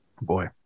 boy